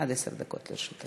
עד עשר דקות לרשותך.